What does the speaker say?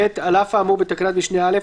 (ב) על אף האמור בתקנת משנה (א),